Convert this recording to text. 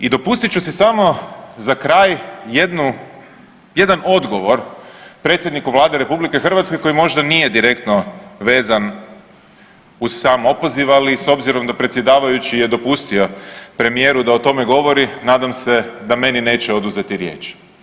I dopustit ću si samo za kraj jedan odgovor predsjedniku Vlade RH koji možda nije direktno vezan uz sam opoziv, ali s obzirom da predsjedavajući je dopustio premijeru da o tome govori nadam se da meni neće oduzeti riječ.